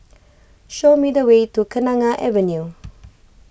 show me the way to Kenanga Avenue